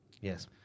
Yes